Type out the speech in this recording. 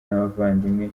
n’abavandimwe